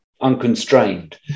unconstrained